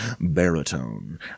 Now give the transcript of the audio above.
baritone